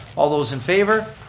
all those in favor?